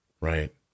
Right